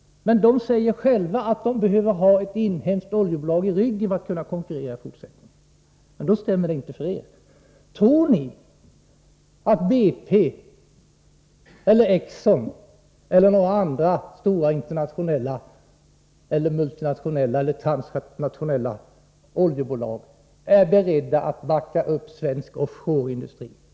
Men från företaget säger man att man behöver ha ett inhemskt oljebolag i ryggen för att kunna konkurrera i fortsättningen — och då stämmer det tydligen inte för moderaterna. Tror ni att BP, Exxon eller något annat stort internationellt, multinationellt eller transnationellt oljebolag är berett att backa upp svensk offshore-industri?